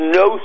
no